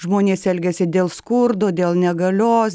žmonės elgiasi dėl skurdo dėl negalios